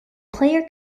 player